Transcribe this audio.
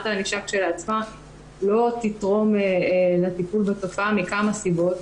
הענישה כשלעצמה לא תתרום לטיפול בתופעה מכמה סיבות.